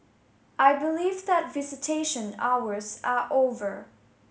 I believe that visitation hours are over